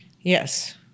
Yes